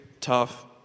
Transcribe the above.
tough